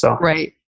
Right